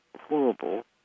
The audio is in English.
horrible